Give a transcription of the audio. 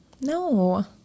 No